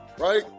Right